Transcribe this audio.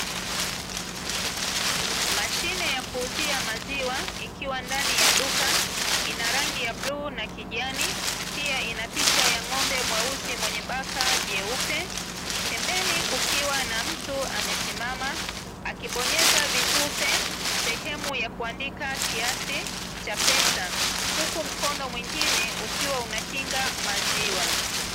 Mashine ya kuuzia maziwa ikiwa ndani ya duka, ina rangi ya bluu na kijani. Pia, ina picha ya ng'ombe mweusi mwenye baka jeupe. Pembeni kukiwa na mtu amesimama, akibonyeza vitufe sehemu ya kuandika kiasi cha pesa, huku mkono mwingine ukiwa unakinga maziwa.